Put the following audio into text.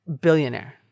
Billionaire